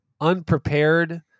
unprepared